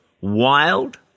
wild